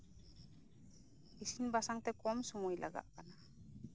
ᱤᱥᱤᱱ ᱵᱟᱥᱟᱝ ᱛᱮ ᱠᱚᱢ ᱥᱚᱢᱚᱭ ᱞᱟᱜᱟᱜ ᱠᱟᱱᱟ